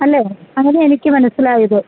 അല്ലേ അങ്ങനെയാണ് എനിക്കു മനസിലായത്